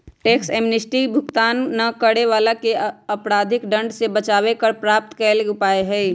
tax amnesty कर भुगतान न करे वलाके अपराधिक दंड से बचाबे कर प्राप्त करेके लेल उपाय हइ